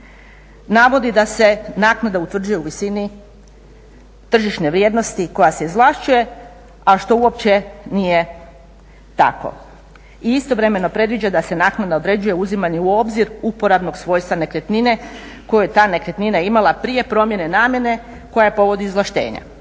navodi da se naknada utvrđuje u visini tržišne vrijednosti koja se izvlašćuje a što uopće nije tako. I istovremeno predviđa da se naknada određuje uzimanje u obzir uporabnog svojstva nekretnine koju je ta nekretnina imala prije promjene namjene koja je povod izvlaštenja.